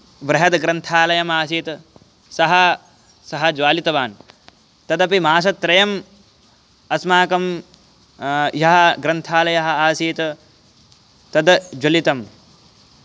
बृहद्ग्रन्थालयः आसीत् सः सः ज्वालितवान् तदपि मासत्रयम् अस्माकं यः ग्रन्थालयः आसीत् तद् ज्वलितम्